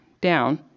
down